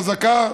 חזקה,